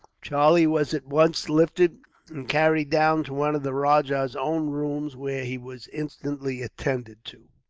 charlie was at once lifted, and carried down to one of the rajah's own rooms, where he was instantly attended to.